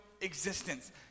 existence